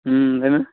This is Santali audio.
ᱦᱩᱸ ᱞᱟ ᱭᱢᱮ